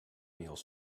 meals